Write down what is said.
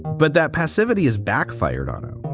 but that passivity is backfired on it.